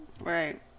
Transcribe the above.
Right